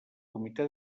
comitè